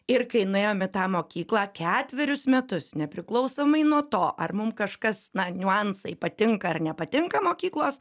ir kai nuėjom į tą mokyklą ketverius metus nepriklausomai nuo to ar mum kažkas na niuansai patinka ar nepatinka mokyklos